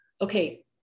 okay